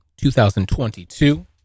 2022